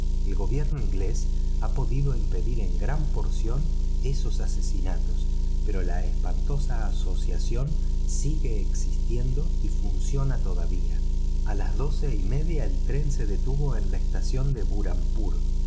el gobierno inglés ha podido impedir en gran parte esos asesinatos pero la espantosa asociación sigue existiendo y funciona todavía a las doce y media el tren se detuvo en la estación de burhampur y